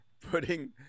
putting